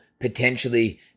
potentially